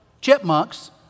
Chipmunks